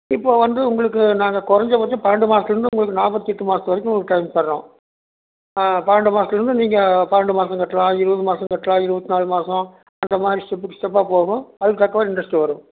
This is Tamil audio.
இப்போ வந்து உங்களுக்கு நாங்கள் குறைஞ்சபட்சம் பன்னெண்டு மாசத்துலர்ந்து உங்களுக்கு நாற்பத்தி எட்டு மாதம் வரைக்கும் டைம் தரோம் பன்னெண்டு மாசத்துலர்ந்து நீங்கள் பன்னெண்டு மாதம் கட்டலாம் இருபது மாதம் கட்டலாம் இருபத்து நாலு மாதம் அந்தமாதிரி ஸ்டெப்புக்கு ஸ்டெப்பாக போகும் அதுக்குதக்கவாறு இன்ட்ரஸ்ட் வரும்